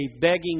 begging